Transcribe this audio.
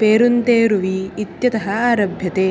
पेरुन्तेरुवी इत्यतः आरभ्यते